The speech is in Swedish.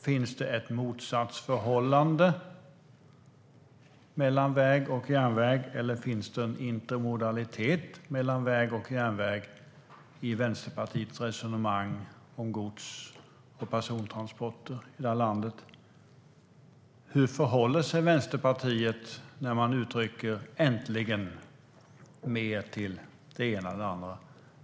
Finns det ett motsatsförhållande mellan väg och järnväg, eller finns det en intermodalitet mellan väg och järnväg, i Vänsterpartiets resonemang om gods och persontransporter i hela landet? Hur förhåller sig Vänsterpartiet när man uttrycker "äntligen" mer till det ena än det andra?